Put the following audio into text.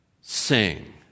sing